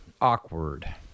awkward